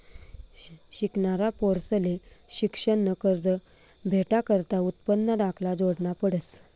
शिकनारा पोरंसले शिक्शननं कर्ज भेटाकरता उत्पन्नना दाखला जोडना पडस